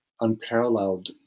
unparalleled